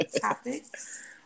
Topics